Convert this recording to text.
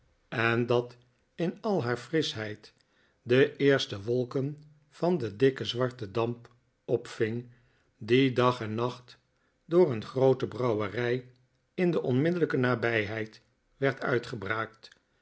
en dat in al haar frischheid de eerste wolken van den dikken zwarten damp opving die dag en nacht door een groote brouwerij in de onmidde'llijke nabijheid werd uitgebraakt